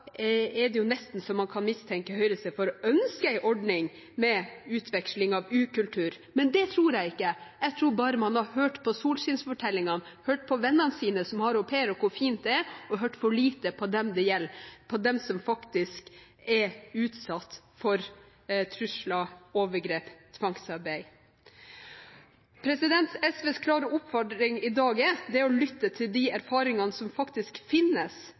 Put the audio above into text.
er det jo nesten så man kan mistenke høyresiden for å ønske en ordning med utveksling av ukultur. Men det tror jeg ikke, jeg tror bare man har hørt på solskinnsfortellingene, hørt på vennene som har au pair og hvor fint det er, og hørt for lite på dem det gjelder, på dem som faktisk er utsatt for trusler, overgrep og tvangsarbeid. SVs klare oppfordring i dag er å lytte til de erfaringene som faktisk finnes,